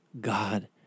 God